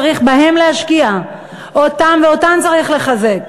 צריך בהם להשקיע וצריך אותם לחזק.